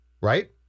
Right